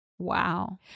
Wow